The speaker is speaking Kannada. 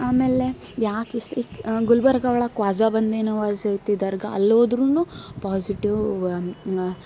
ಆಮೇಲೆ ಯಾಕೆ ಇಸ್ ಗುಲ್ಬರ್ಗ ಒಳಗೆ ಕ್ವಾಝಾ ಬಂದೇ ನವಾಝ್ ಐತಿ ದರ್ಗಾ ಅಲ್ಲಿ ಹೋದ್ರೂ ಪಾಸಿಟಿವ್